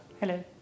Hello